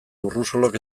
urrosolok